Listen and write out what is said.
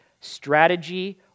strategy